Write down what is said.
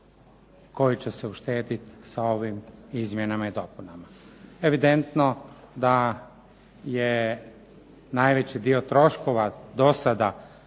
koji će se uštediti sa ovim izmjenama i dopunama. Evidentno da je najveći dio troškova do sada